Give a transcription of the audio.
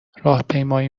راهپیمایی